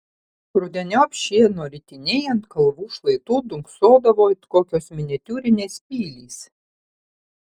rudeniop šieno ritiniai ant kalvų šlaitų dunksodavo it kokios miniatiūrinės pilys